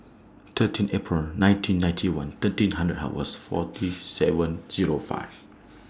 thirteen April nineteen ninety one thirteen hundred hours forty seven Zero five